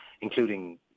including